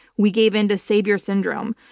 we gave into savior syndrome.